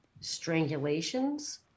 strangulations